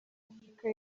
afurika